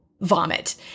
vomit